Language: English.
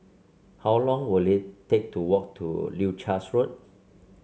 how long will it take to walk to Leuchars Road